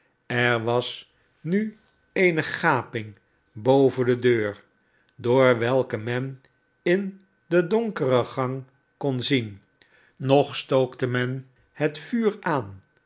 er was nu eene gaping boven de deur door welke men in den donkeren gang kon zien nog stookte men het vuur aan